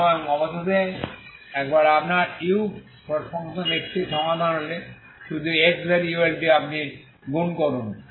এবং অবশেষে একবার আপনার uxt সমাধান হলে শুধু এই x ভেরিয়েবলটি আপনি গুণ করুন